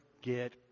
get